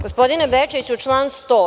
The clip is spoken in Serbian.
Gospodine Bečiću, član 100.